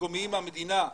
מקומיים מהמדינה,